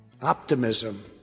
optimism